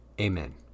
Amen